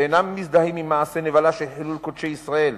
שאינם מזדהים עם מעשי נבלה של חילול קודשי ישראל,